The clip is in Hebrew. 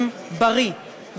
עם בריא.